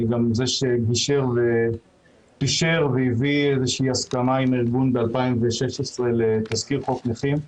אני גם זה שגישר ופישר והביא הסכמה עם הארגון ב-2016 לתזכיר חוק נכים.